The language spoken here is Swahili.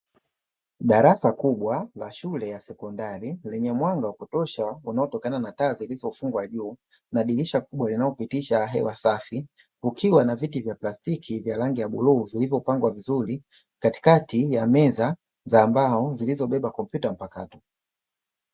Darasa kubwa la shule ya sekondari lenye mwanga wa kutosha unaotokana na taa zilizofungwa juu na dirisha kubwa linalopitisha hewa safi, kukiwa na viti vya plastiki vya rangi ya bluu vilivyo pangwa vizuri katikati ya meza za mbao zilizobeba kompyuta mpakato.